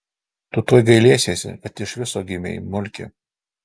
tu tuoj gailėsiesi kad iš viso gimei mulki